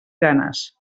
ganes